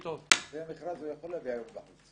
לפי המכרז הוא יכול להביא --- הוא